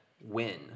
win